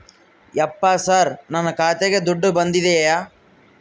ಯಪ್ಪ ಸರ್ ನನ್ನ ಖಾತೆಗೆ ದುಡ್ಡು ಬಂದಿದೆಯ?